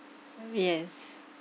yes